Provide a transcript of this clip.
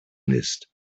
list